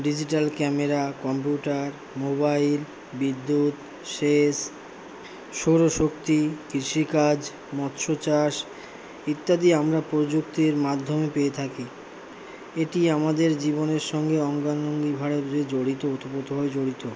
digital camera computer mobile বিদ্যুৎ সেচ সৌরশক্তি কৃষিকাজ মৎস্য চাষ ইত্যাদি আমরা প্রযুক্তির মাধ্যমে পেয়ে থাকি এটি আমাদের জীবনের সঙ্গে অঙ্গাঙ্গিকভাবে জড়িত ওতপ্রোতভাবে জড়িত